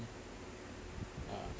uh